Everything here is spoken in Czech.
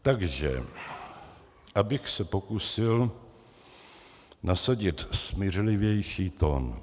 Takže abych se pokusil nasadit smířlivější tón.